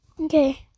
Okay